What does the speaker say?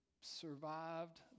survived